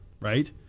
right